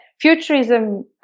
futurism